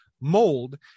mold